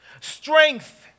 Strength